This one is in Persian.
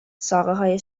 ساقههای